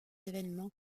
événements